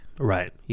Right